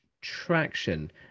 traction